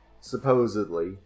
supposedly